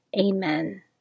Amen